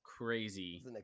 crazy